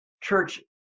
Church